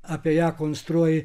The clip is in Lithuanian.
apie ją konstruoji